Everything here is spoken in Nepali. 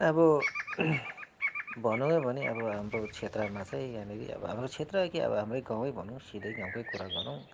अब भनौँ है भने अब हाम्रो क्षेत्रमा चाहिँ यहाँनिर हाम्रो क्षेत्र के अब हाम्रै गाउँ नै भनौँ सिधै गाउँकै कुरा गरौँ